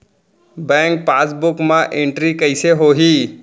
Bank passbook मा entry कइसे होही?